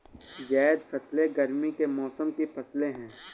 ज़ैद फ़सलें गर्मी के मौसम की फ़सलें हैं